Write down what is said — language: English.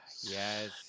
yes